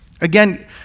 Again